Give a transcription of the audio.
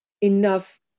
enough